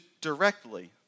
directly